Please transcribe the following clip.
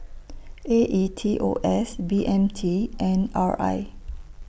A E T O S B M T and R I